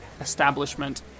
establishment